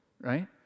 right